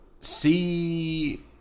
see